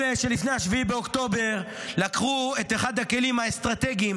אלה שלפני 7 באוקטובר לקחו את אחד הכלים האסטרטגיים